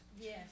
Yes